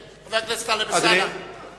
חבר הכנסת טלב אלסאנע, בבקשה.